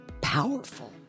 powerful